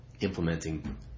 implementing